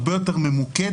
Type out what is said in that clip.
הרבה יותר ממוקדת.